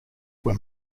were